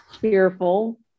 fearful